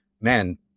man